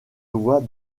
voix